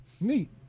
neat